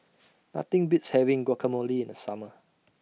Nothing Beats having Guacamole in The Summer